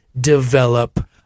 develop